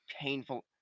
painful